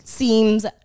Seems